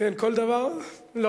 כל דבר, לא.